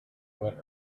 went